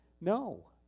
No